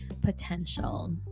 potential